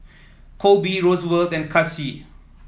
Koby Roosevelt and Kacie